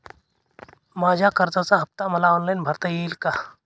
माझ्या कर्जाचा हफ्ता मला ऑनलाईन भरता येईल का?